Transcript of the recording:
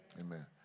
Amen